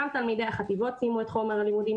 גם תלמידי החטיבות סיימו את חומר הלימודים.